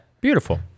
beautiful